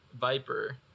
Viper